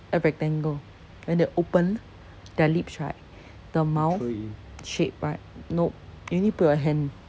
uh rectangle when they open their lips right the mouth shape right nope you need put your hand